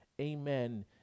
amen